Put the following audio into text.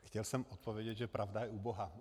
Chtěl jsem odpovědět, že pravda je u Boha.